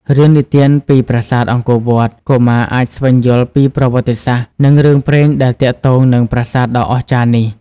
រឿងនិទានពីប្រាសាទអង្គរវត្ត កុមារអាចស្វែងយល់ពីប្រវត្តិសាស្ត្រ និងរឿងព្រេងដែលទាក់ទងនឹងប្រាសាទដ៏អស្ចារ្យនេះ។